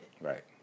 Right